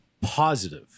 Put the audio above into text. positive